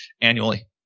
annually